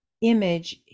image